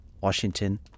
Washington